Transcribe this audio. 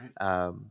right